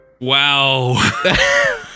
Wow